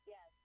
Yes